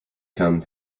come